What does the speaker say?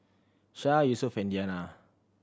Syah Yusuf and Diyana